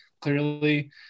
clearly